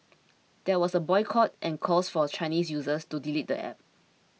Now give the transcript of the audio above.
there was a boycott and calls for Chinese users to delete the app